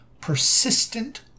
Persistent